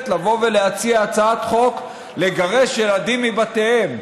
לבוא ולהציע הצעת חוק לגרש ילדים מבתיהם,